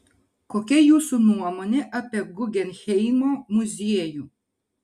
kokia jūsų nuomonė apie guggenheimo muziejų